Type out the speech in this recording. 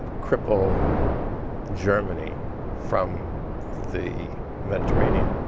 cripple germany from the mediterranean.